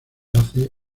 hace